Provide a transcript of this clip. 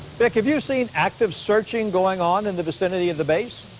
like have you seen active searching going on in the vicinity of the base?